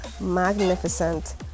magnificent